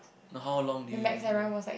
how long do you usually run